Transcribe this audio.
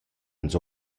ans